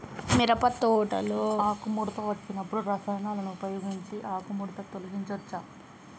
మిరప పంటలో ఆకుముడత వచ్చినప్పుడు రసాయనాలను ఉపయోగించి ఆకుముడత తొలగించచ్చా?